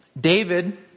David